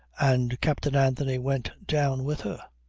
and captain anthony went down with her,